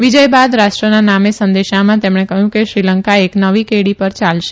વિજય બાદ રાષ્ટ્રના નામે સંદેશામાં તેમણે કહયું છે કે શ્રીલંકા એક નવી કેડી પર યાલશે